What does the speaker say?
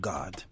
God